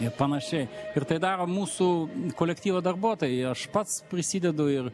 ir panašiai ir tai daro mūsų kolektyvo darbuotojai ir aš pats prisidedu ir